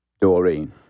Doreen